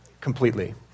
completely